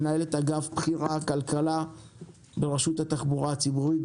מנהלת אגף בכירה כלכה ברשות התחבורה הציבורית,